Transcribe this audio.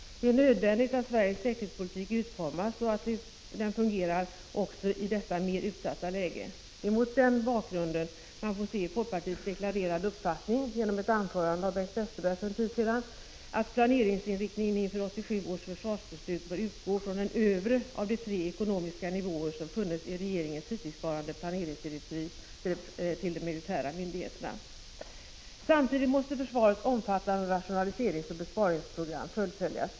Det är nödvändigt att Sveriges säkerhetspolitik utformas så att den fungerar väl också i detta mer utsatta läge. Det är mot denna bakgrund man får se folkpartiets deklarerade uppfattning — genom ett anförande av Bengt Westerberg för en tid sedan — att planeringsinriktningen inför 1987 års försvarsbeslut bör utgå från den övre av de tre ekonomiska nivåer som funnits i regeringens hittillsvarande planeringsdirektiv till de militära myndigheterna. Samtidigt måste försvarets omfattande rationaliseringsoch besparingsprogram fullföljas.